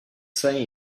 say